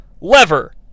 Lever